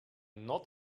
not